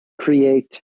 create